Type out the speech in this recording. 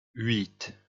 huit